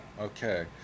Okay